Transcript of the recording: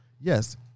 yes